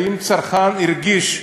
האם הצרכן הרגיש?